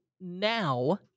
now